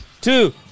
two